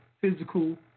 physical